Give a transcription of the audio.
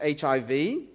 HIV